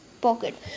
pocket